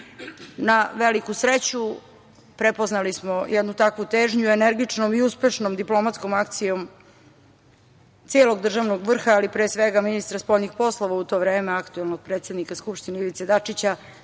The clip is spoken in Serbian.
Na veliku sreću, prepoznali smo jednu takvu težnju i energičnom i uspešnom diplomatskom akcijom celog državnog vrha, ali pre svega ministra spoljnih poslova u to vreme, aktuelnog predsednika Skupštine, Ivice Dačića,